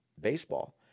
baseball